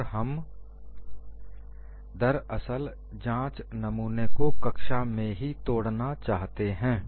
और हम दरअसल जांच नमूने को कक्षा में ही तोड़ना चाहते हैं